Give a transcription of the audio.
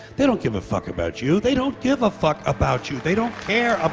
they don't give a fuck about you, they don't give a fuck about you, they don't care